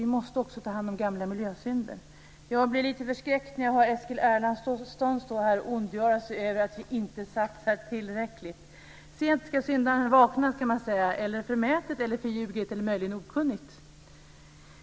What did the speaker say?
Vi måste också ta hand om gamla miljösynder. Jag blir lite förskräckt när jag hör Eskil Erlandsson stå här och ondgöra sig över att vi inte satsar tillräckligt. Sent ska syndaren vakna, kan man säga. Det är förmätet, förljuget eller möjligen okunnigt.